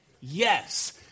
Yes